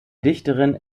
dichterin